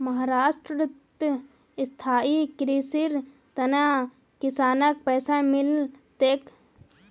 महाराष्ट्रत स्थायी कृषिर त न किसानक पैसा मिल तेक